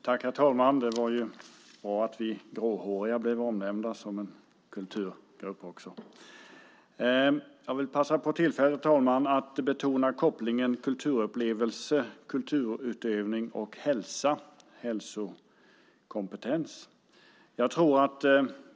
Herr talman! Det var ju bra att också vi gråhåriga blev omnämnda som en kulturgrupp. Jag vill passa på tillfället att betona kopplingen kulturupplevelse, kulturutövning och hälsokompetens.